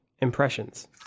impressions